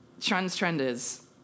Trans-trenders